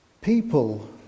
people